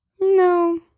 No